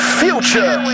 future